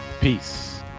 Peace